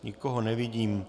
Nikoho nevidím.